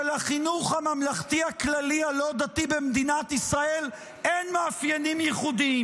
שלחינוך הממלכתי הכללי הלא-דתי במדינת ישראל אין מאפיינים ייחודיים,